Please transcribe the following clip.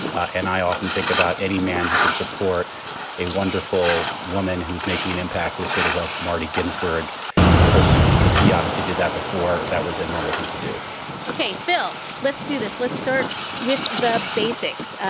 and i often think about any. and who can support a wonderful woman who's making an impact as sort of a marty ginsburg person because he obviously did that before. that was a normal thing to do ok. phil, let's do this. let's start with the basics.